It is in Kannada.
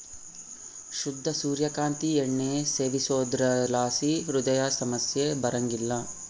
ಶುದ್ಧ ಸೂರ್ಯ ಕಾಂತಿ ಎಣ್ಣೆ ಸೇವಿಸೋದ್ರಲಾಸಿ ಹೃದಯ ಸಮಸ್ಯೆ ಬರಂಗಿಲ್ಲ